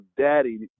daddy